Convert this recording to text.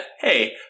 hey